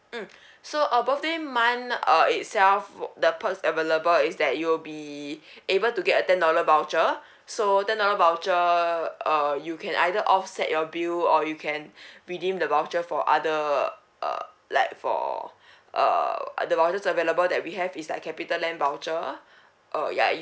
mm so uh birthday month uh itself the perks available is that you'll be able to get a ten dollar voucher so ten dollar voucher uh you can either offset your bill or you can redeem the voucher for other uh like for err the voucher available that we have is like capitaland voucher uh ya